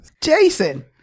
Jason